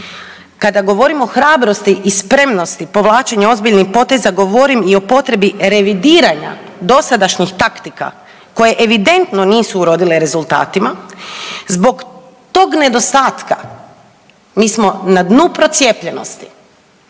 kada govorim o hrabrosti i spremnosti povlačenja ozbiljnih poteza govorim i o potrebi revidiranja dosadašnjih taktika koje evidentno nisu urodile rezultatima. Zbog tog nedostatka mi smo na dnu procijepljenosti